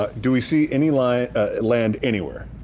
ah do we see any like land anywhere,